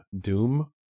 Doom